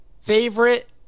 favorite